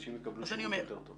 שאנשים יקבלו שירות טוב יותר?